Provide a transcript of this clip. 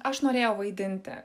aš norėjau vaidinti